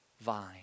vine